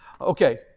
Okay